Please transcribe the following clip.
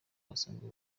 basanzwe